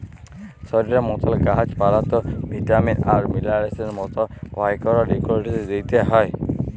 শরীরের মতল গাহাচ পালাতেও ভিটামিল আর মিলারেলসের মতল মাইক্রো লিউট্রিয়েল্টস দিইতে হ্যয়